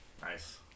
Nice